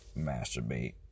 masturbate